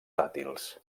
dàtils